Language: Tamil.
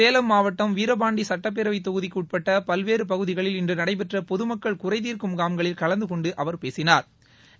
சேலம் மாவட்டம் விரைபாண்டிக்கு சட்டப்பேரவைத் தொ குதிக்கு உட்பட்ட பல் வேறு பகுதிகளில் இன்று நடைபெற்ற பொதுமக்கள் குறைதீார்க்கும் முகாம் களில் கலந்து கொண்டு அவா் பேசினாா்